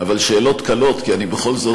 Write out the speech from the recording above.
אבל שאלות קלות, כי אני בכל זאת לא שר התקשורת.